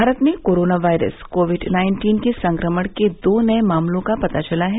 भारत में corona virus Covid nineteen के संक्रमण के दो नए मामलों का पता चला है